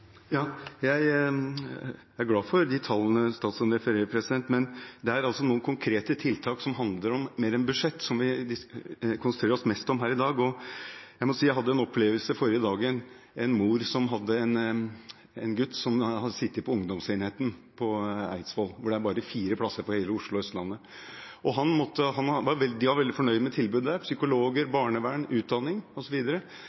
Jeg er glad for de tallene statsråden refererer, men det er altså noen konkrete tiltak som handler om mer enn budsjett, som vi konsentrerer oss mest om her i dag. Jeg hadde en opplevelse forrige dagen. Jeg snakket med en mor som hadde en gutt som hadde sittet på ungdomsenheten på Eidsvoll, hvor det er bare fire plasser for hele Oslo og Østlandet. De var veldig fornøyd med tilbudet – psykologer,